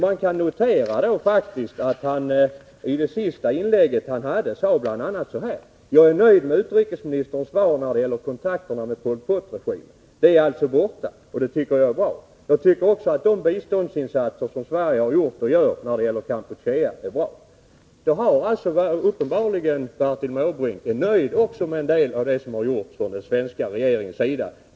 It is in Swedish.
Man kan faktiskt notera att han i sitt sista inlägg i den debatten sade: ”Jag är nöjd med utrikesministerns svar när det gäller kontakterna med Pol Pot-regimen. De är alltså borta, och det tycker jag är mycket bra. Jag tycker också att de biståndsinsatser som Sverige har gjort och gör när det gäller Kampuchea är bra.” Uppenbarligen har Bertil Måbrink också varit nöjd med en del av vad den svenska regeringen gjort.